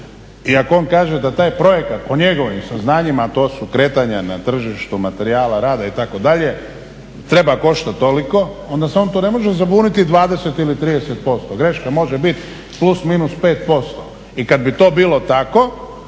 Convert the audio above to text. i ako on kaže da taj projekt po njegovim saznanjima, a to su kretanja na tržištu materijala rada itd., treba koštati toliko onda se on tu ne može zabuniti 20 ili 30%. Greška može biti plus minus 5%. I kad bi to bilo tako